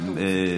מה שאתם